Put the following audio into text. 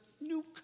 new